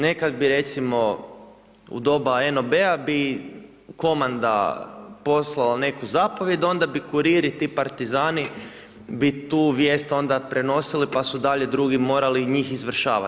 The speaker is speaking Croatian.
Nekad bi recimo u doba NOB-a bi komanda poslala neku zapovijed onda bi kuriri ti partizani bi tu vijest onda prenosili pa su dalje drugi morali njih izvršavat.